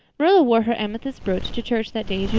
marilla wore her amethyst brooch to church that day